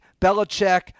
Belichick